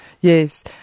Yes